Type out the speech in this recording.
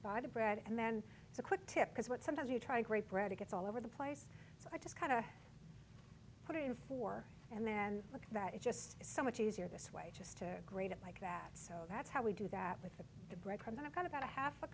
the bread and then it's a quick tip because what sometimes you try great bread it gets all over the place so i just kind of put it in four and then like that it just is so much easier this way just to grate it like that so that's how we do that with the bread crumb then i've got about a half a